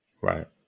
Right